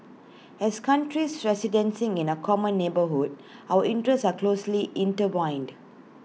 as countries residing in A common neighbourhood our interests are closely intertwined